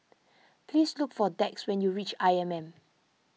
please look for Dax when you reach I M M